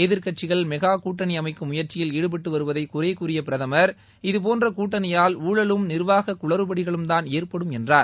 எதிர் கட்சிகள் மெகா கூட்டணி அமைக்கும் முயற்சியில் ஈடுபட்டு வருவதை குறை கூறிய பிரதமர் இதுபோன்ற கூட்டணியால் ஊழலும் நிர்வாக குளறுபடிகளும்தான் ஏற்படும் என்றார்